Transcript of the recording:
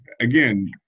again